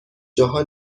جاها